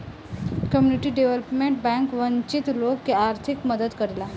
community development bank वंचित लोग के आर्थिक मदद करेला